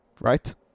right